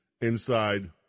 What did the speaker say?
inside